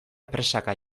presaka